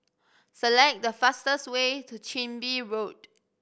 select the fastest way to Chin Bee Road